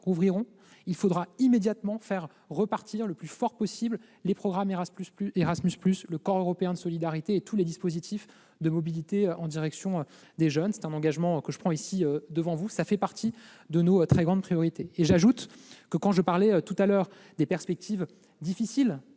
il faudra immédiatement faire repartir le plus fortement possible le programme Erasmus+, le corps européen de solidarité et tous les dispositifs de mobilité en direction des jeunes. C'est un engagement que je prends ici devant vous. Cela fait partie de nos très grandes priorités. Je disais que les perspectives en